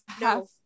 no